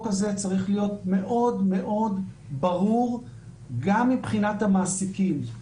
הזה צריך להיות מאוד מאוד ברור גם מבחינת המעסיקים.